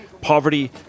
Poverty